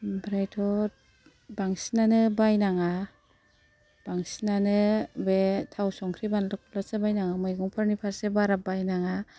ओमफ्रायथ' बांसिनानो बायनाङा बांसिनानो बे थाव संख्रि बानलुखौल'सो बायनांगौ मैगंथायगंफोरनि फारसे बारा बायनाङा